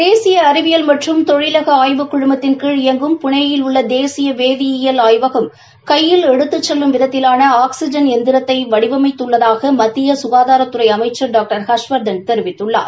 தேசிய அறிவியல் மற்றும் தொழிலாக ஆய்வு குழுமத்தின் கீழ் இயங்கும் புனேயில் உள்ள தேசிய வேதியியல் ஆய்வகம் கையில் எடுத்தும் செல்லும் விதத்திலாள ஆக்ஸிஜன் எந்திரத்தை வடிவமைத்துள்ளதாக மத்திய சுகாதாரத்துறை அமைச்சர் டாக்டர் ஹர்ஷவாதன் தெரிவித்துள்ளார்